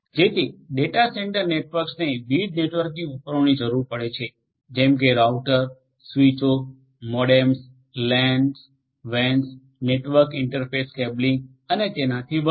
જેથી data centre નેટવર્કને વિવિધ નેટવર્કિંગ ઉપકરણોની જરૂર પડે છે જેમ કે રાઉટર સ્વીચો મોડેમ્સ લેન વેન નેટવર્ક ઇન્ટરફેસ કેબલિંગ અને તેનાથી વધુ